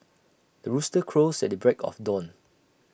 the rooster crows at the break of dawn